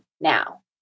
now